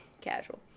Casual